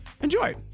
Enjoy